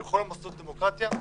בכל מוסדות הדמוקרטיה.